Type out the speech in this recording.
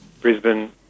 Brisbane